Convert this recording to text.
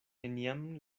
neniam